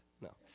No